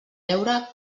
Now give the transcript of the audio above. veure